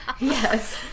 Yes